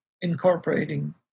incorporating